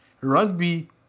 rugby